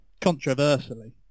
controversially